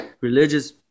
religious